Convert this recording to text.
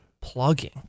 plugging